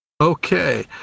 Okay